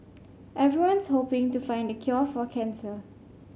everyone's hoping to find the cure for cancer